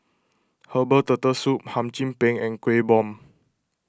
Herbal Turtle Soup Hum Chim Peng and Kueh Bom